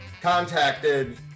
contacted